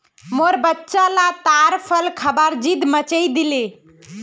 मोर बच्चा ला ताड़ फल खबार ज़िद मचइ दिले